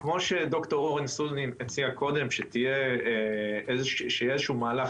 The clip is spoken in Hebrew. כפי שד"ר אורן סונין הציע קודם, שיהיה איזשהו מהלך